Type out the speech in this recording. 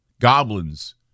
goblins